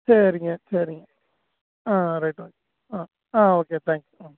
சரிங்க சரிங்க ஆ ரைட் ஓகே ஆ ஆ ஓகே தேங்க்ஸ் ம்